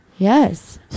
Yes